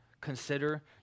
Consider